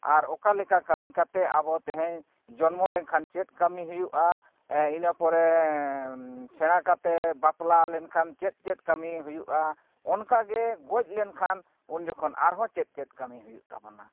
ᱟᱨ ᱚᱠᱟᱞᱮᱠᱟ ᱠᱟᱹᱢᱤ ᱠᱟᱛᱮᱫ ᱟᱵᱚ ᱛᱮᱦᱮᱧ ᱡᱚᱱᱢᱚ ᱞᱮᱱᱠᱷᱟᱱ ᱪᱮᱫ ᱠᱟᱹᱢᱤ ᱦᱩᱭᱩᱜᱼᱟ ᱤᱱᱟᱹ ᱯᱚᱨᱮ ᱥᱮᱬᱟ ᱠᱟᱛᱮᱫ ᱵᱟᱯᱞᱟ ᱞᱮᱱᱠᱷᱟᱱ ᱪᱮᱫ ᱪᱮᱫ ᱠᱟᱹᱢᱤ ᱦᱩᱭᱩᱜᱼᱟ ᱚᱱᱠᱟᱜᱮ ᱜᱚᱡ ᱞᱮᱱᱠᱷᱟᱱ ᱩᱱ ᱡᱚᱠᱷᱚᱱ ᱟᱨᱦᱚᱸ ᱪᱮᱫ ᱪᱮᱫ ᱠᱟᱹᱢᱤ ᱦᱩᱭᱩᱜ ᱛᱟᱵᱚᱱᱟ